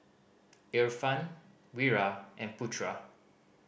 Irfan Wira and Putra